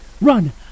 Run